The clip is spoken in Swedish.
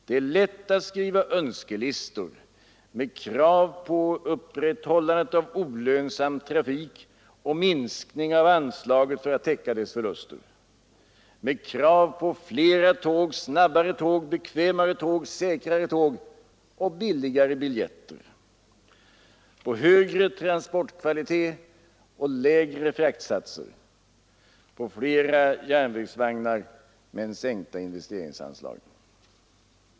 Det är lätt att skriva önskelistor med krav på upprätthållandet av olönsam trafik och minskning av anslaget för att täcka dess förluster, med krav på flera tåg, snabbare tåg, bekvämare tåg, säkrare tåg och billigare biljetter, på högre transportkvalitet och lägre fraktsatser, på flera järnvägsvagnar men sänkta investeringsanslag.